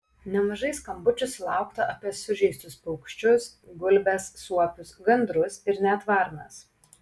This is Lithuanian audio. nemažai skambučių sulaukta apie sužeistus paukščius gulbes suopius gandrus ir net varnas